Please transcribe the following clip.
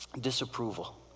disapproval